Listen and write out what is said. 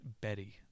Betty